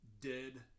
dead